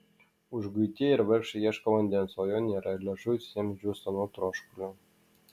užguitieji ir vargšai ieško vandens o jo nėra ir liežuvis jiems džiūsta nuo troškulio